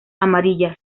amarillas